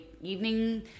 evening